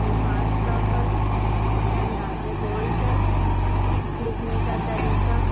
الفاظ کا فرق اندازے بول چال لکھنے کا طریقہ